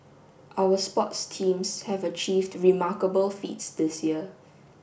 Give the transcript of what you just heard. our sports teams have achieved remarkable feats this year